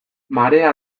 marea